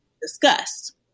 discussed